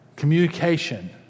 communication